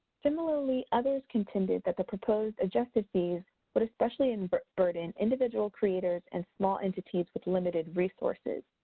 similarly, others contended that the proposed adjusted fees would especially and but burden individual creators and small entities with limited resources.